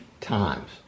times